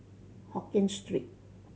Hokkien Street